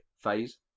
phase